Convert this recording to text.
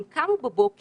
הם קמו בבוקר,